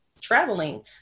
traveling